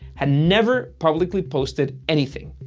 had never publicly posted anything.